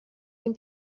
این